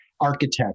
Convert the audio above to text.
architect